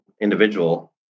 individual